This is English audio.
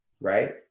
Right